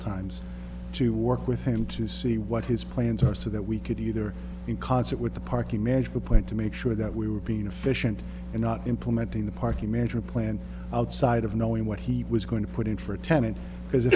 times to work with him to see what his plans are so that we could either in concert with the parking manage to point to make sure that we were being efficient and not implementing the parking management plan outside of knowing what he was going to put in for a tenant